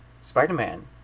Spider-Man